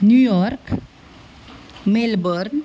New York Melbourne